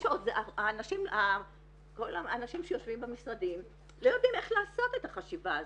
כל האנשים שיושבים במשרדים לא יודעים איך לעשות את החשיבה הזאת,